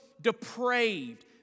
depraved